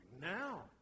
Now